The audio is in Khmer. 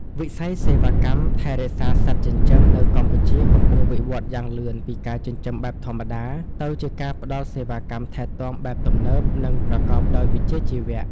វិស័យសេវាកម្មថែរក្សាសត្វចិញ្ចឹមនៅកម្ពុជាកំពុងវិវត្តយ៉ាងលឿនពីការចិញ្ចឹមបែបធម្មតា ទៅជាការផ្ដល់សេវាកម្មថែទាំបែបទំនើប និងប្រកបដោយវិជ្ជាជីវៈ។